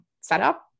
setup